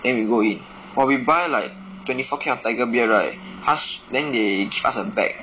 then we go in !wah! we buy like twenty four can of tiger beer right I ask then they gave us a bag